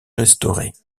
restaurés